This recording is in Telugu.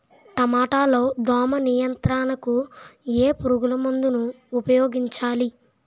టమాటా లో దోమ నియంత్రణకు ఏ పురుగుమందును ఉపయోగించాలి?